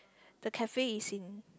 the cafe is in